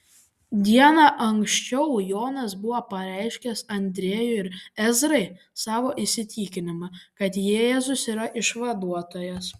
diena anksčiau jonas buvo pareiškęs andriejui ir ezrai savo įsitikinimą kad jėzus yra išvaduotojas